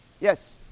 Yes